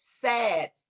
sad